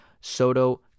Soto